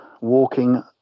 walking